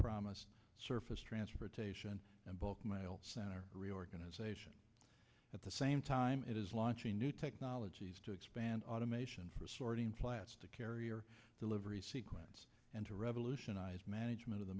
promised surface transportation and bulk mail center reorganization at the same time it is launching new technologies to expand automation for sorting plastic carrier delivery and to revolutionize management of the